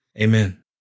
Amen